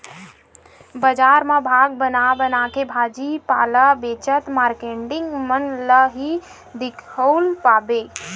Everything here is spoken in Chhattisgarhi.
बजार म भाग बना बनाके भाजी पाला बेचत मारकेटिंग मन ल ही दिखउल पाबे